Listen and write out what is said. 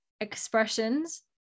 expressions